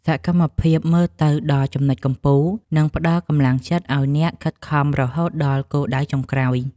សកម្មភាពសម្លឹងមើលទៅដល់ចំណុចកំពូល នឹងផ្ដល់កម្លាំងចិត្តឱ្យអ្នកខិតខំឡើងរហូតដល់គោលដៅចុងក្រោយ។